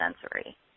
sensory